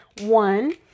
one